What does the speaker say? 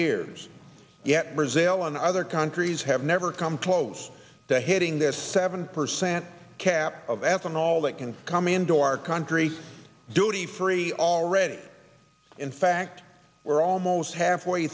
years yet brazil on other countries have never come close to hitting the seven percent cap of ethanol that can come into our country duty free already in fact we're almost halfway